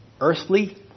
earthly